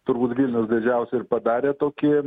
turbūt vilnius didžiausią ir padarė tokį